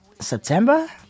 September